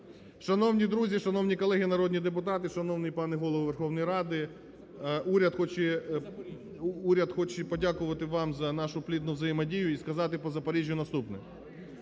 Шановні друзі, шановні колеги народні депутати, шановний пане Голово Верховної Ради, уряд хоче подякувати вам за нашу плідну взаємодію і сказати по Запоріжжю наступне.